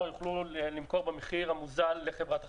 יוכלו למכור במחיר המוזל לחברת החשמל.